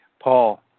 Paul